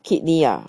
kidney ah